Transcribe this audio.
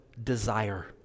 desire